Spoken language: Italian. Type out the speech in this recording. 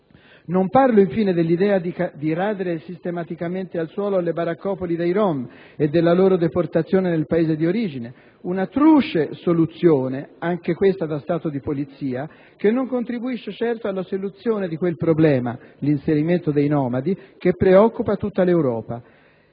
Non parlo infine dell'idea di radere sistematicamente al suolo le baraccopoli dei Rom e della loro deportazione nel Paese di origine: una truce soluzione, anche questa da Stato di polizia, che non contribuisce certo alla soluzione di quel problema - l'inserimento dei nomadi che preoccupa tutta l'Europa